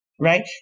right